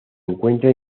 encuentra